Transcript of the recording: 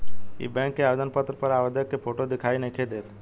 इ बैक के आवेदन पत्र पर आवेदक के फोटो दिखाई नइखे देत